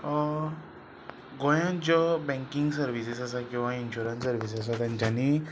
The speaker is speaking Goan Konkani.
गोंयांत ज्यो बँकींग सर्विसीस आसा किंवां इन्शुरंस सर्वीसीस आसा तांच्यांनी